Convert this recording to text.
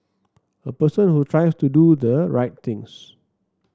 a person who tries to do the right things